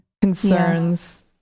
concerns